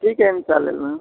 ठीक आहे मग चालेल ना